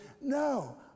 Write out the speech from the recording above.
No